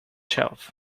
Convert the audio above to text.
shelf